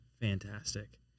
fantastic